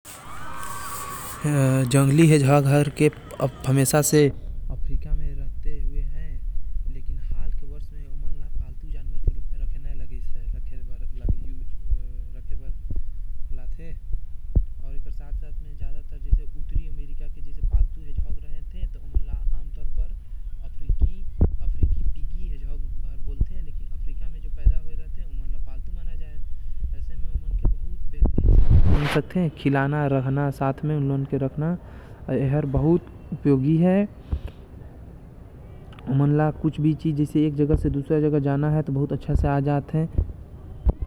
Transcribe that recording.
शल्यक अउ हेजहांग रक्षा तंत्र कई तरह के छोटे जीव जंतु में पाए जाथे एकस जानवर मन अपन रक्षा बर अपन शरीर के गोल गेंदा कस बना लेथे अउ शरीर में पाए जाये वाले कांटा मन कड़ा अउ सख्त हो कर ऊपर कति खड़ा हो जाथे जेकर से उमन के रक्षा होथे एकर में अमरीकन गिलहरी पेंगोलीन साही आदि आथे।